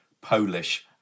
Polish